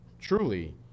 truly